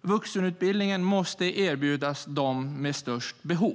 Vuxenutbildningen måste erbjudas dem med störst behov.